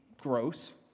gross